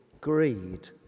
greed